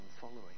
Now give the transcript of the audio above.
following